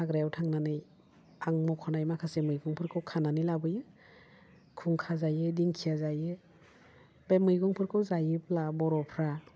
हाग्रायाव थांनानै आं मख'नाय माखासे मैगंफोरखौ खानानै लाबोयो खुंखा जायो दिंखिया जायो बे मैगंफोरखौ जायोब्ला बर'फ्रा